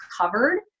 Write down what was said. covered